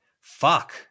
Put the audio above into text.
Fuck